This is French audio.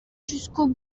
jusqu’au